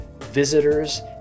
visitors